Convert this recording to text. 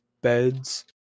beds